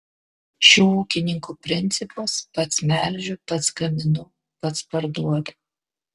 šių ūkininkų principas pats melžiu pats gaminu pats parduodu